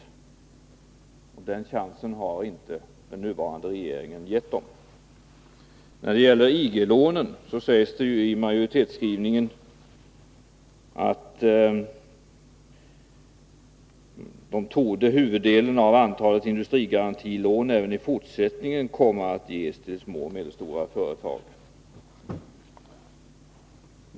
Den chansen har inte den nuvarande regeringen givit industriverket. När det gäller industrigarantilånen sägs det i majoritetsskrivningen att huvuddelen av antalet lån även i fortsättningen torde komma att ges till små och medelstora företag.